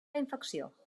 infecció